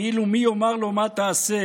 כאילו "מי יאמר לו מה תעשה",